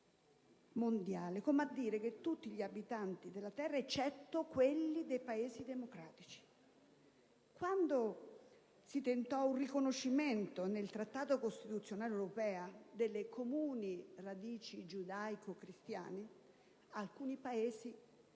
come a dire a tutti gli abitanti della Terra, eccetto quelli dei Paesi democratici. Quando si tentò di inserire un riconoscimento nel Trattato per la Costituzione europea delle comuni radici giudaico-cristiane, alcuni Paesi posero